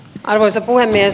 arvoisa puhemies